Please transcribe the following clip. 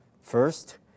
First